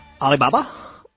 Alibaba